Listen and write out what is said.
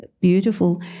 beautiful